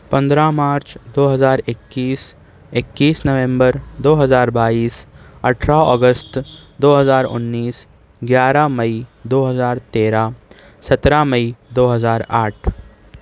پندرہ مارچ دو ہزار اکیس اکیس نومبر دو ہزار بائیس اٹھرہ اگست دو ہزار انیس گیارہ مئی دو ہزار تیرہ سترہ مئی دو ہزار آٹھ